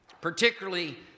particularly